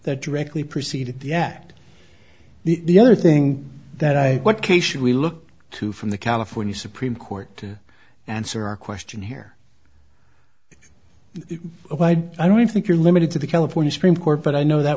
that directly preceded the act the other thing that i what case should we look to from the california supreme court to answer our question here is why i don't think you're limited to the california supreme court but i know that